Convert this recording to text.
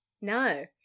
No